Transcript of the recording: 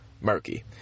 murky